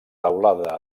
teulada